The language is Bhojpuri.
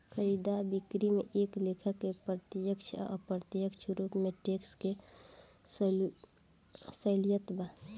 खरीदा बिक्री में एक लेखा के प्रत्यक्ष आ अप्रत्यक्ष रूप से टैक्स के सहूलियत बा